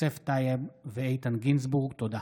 יוסף טייב ואיתן גינזבורג בנושא: